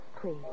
Please